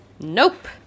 Nope